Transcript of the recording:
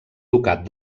ducat